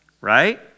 right